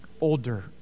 older